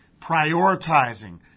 prioritizing